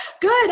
Good